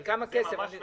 כמה כסף?